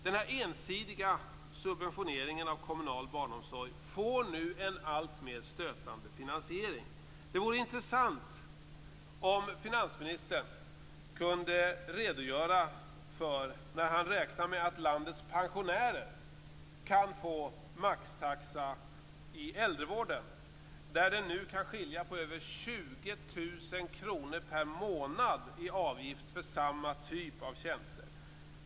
Denna ensidiga subventionering av kommunal barnomsorg får nu en alltmer stötande finansiering. Det vore intressant om finansministern kunde redogöra för när han räknar med att landets pensionärer kan få maxtaxa i äldrevården, där det nu kan skilja på över 20 000 kr per månad i avgift för samma typ av tjänster.